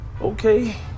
Okay